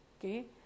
Okay